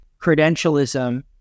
credentialism